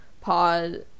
pod